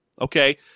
Okay